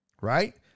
right